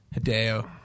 Hideo